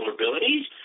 vulnerabilities